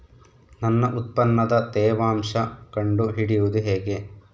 ನನ್ನ ಉತ್ಪನ್ನದ ತೇವಾಂಶ ಕಂಡು ಹಿಡಿಯುವುದು ಹೇಗೆ?